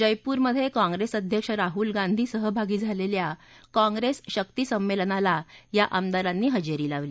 जयपूरमधे काँग्रेस अध्यक्ष राहुल गांधी सहभागी झालेल्या काँग्रेस शक्ती संमेलनाला या आमदारांनी हजेरी लावली